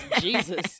Jesus